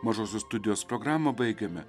mažosios studijos programą baigėme